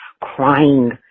crying